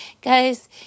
Guys